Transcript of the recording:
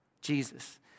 Jesus